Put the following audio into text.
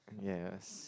yes